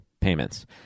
payments